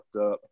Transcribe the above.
up